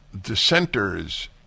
dissenters